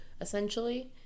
essentially